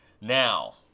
Now